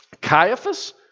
Caiaphas